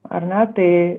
ar ne tai